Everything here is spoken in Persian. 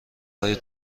های